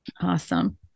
Awesome